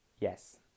Yes